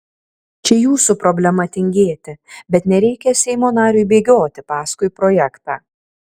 čia jūsų problema tingėti bet nereikia seimo nariui bėgioti paskui projektą